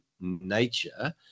nature